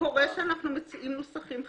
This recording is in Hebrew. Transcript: קורה שאנחנו מציעים נוסחים חדשים,